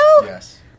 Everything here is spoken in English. Yes